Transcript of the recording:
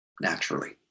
naturally